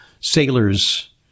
sailors